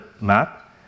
map